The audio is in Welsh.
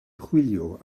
chwilio